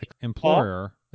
employer